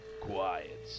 Quiet